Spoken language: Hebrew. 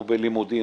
או בלימודים,